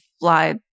fly